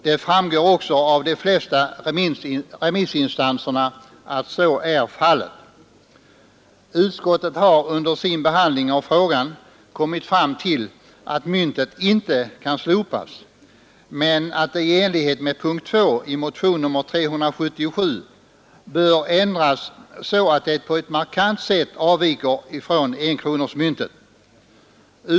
Det framgår också av de flesta remissvaren att så är fallet. Utskottet har under sin behandling av frågan kommit fram till att myntet inte kan slopas men att det i enlighet med punkten 2 i hemställan i motionen 377 bör ändras så att det på ett markant sätt avviker från enkronemyntet.